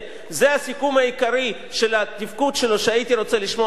זה הסיכום העיקרי של התפקוד שלו שהייתי רוצה לשמוע ממנו,